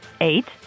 eight